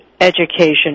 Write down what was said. Education